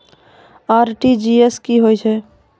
RTGS की होय छै?